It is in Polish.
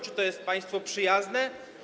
Czy to jest państwo przyjazne?